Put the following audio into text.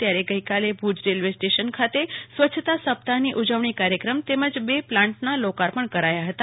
ત્યારે ગઈકાલે Bhuj railway station ખાતે સ્વચ્છતા સપ્તાહની ઉજવણી કાર્યક્રમ તેમજ બે પ્લાન્ટના લોકાર્પણ કરાયા હતા